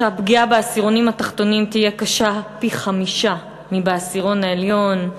שהפגיעה בעשירונים התחתונים תהיה קשה פי-חמישה מבעשירון העליון,